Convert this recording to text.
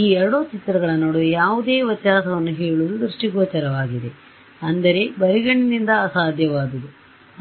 ಈ ಎರಡು ಚಿತ್ರಗಳ ನಡುವೆ ಯಾವುದೇ ವ್ಯತ್ಯಾಸವನ್ನು ಹೇಳುವುದು ದೃಷ್ಟಿಗೋಚರವಾಗಿ ಅಂದರೆ ಬರಿಗಣ್ಣಿನಿಂದ ಅಸಾಧ್ಯವಾದದ್ದು